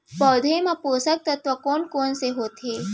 पौधे मा पोसक तत्व कोन कोन से होथे?